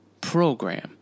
program